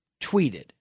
tweeted